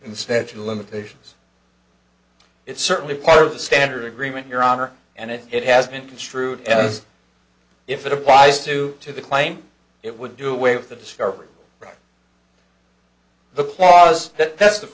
limitations it's certainly part of the standard agreement your honor and if it has been construed as if it applies to to the claim it would do away with the discovery of the clause that's the